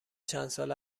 چندسال